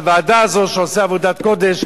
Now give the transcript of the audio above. הוועדה הזאת, שעושה עבודת קודש.